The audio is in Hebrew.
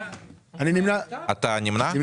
אני נמנעתי.